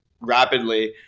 rapidly